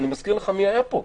אני מזכיר לך מי היה פה.